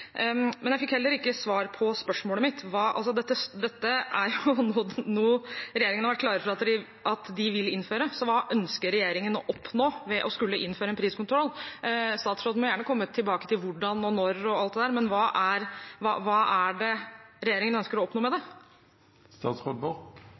Jeg fikk heller ikke svar på spørsmålet mitt. Dette er jo noe regjeringen har vært klare på at de vil innføre, så hva ønsker regjeringen å oppnå ved å skulle innføre en priskontroll? Statsråden må gjerne komme tilbake til hvordan og når og alt det der, men hva er det regjeringen ønsker å oppnå med